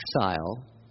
exile